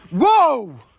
whoa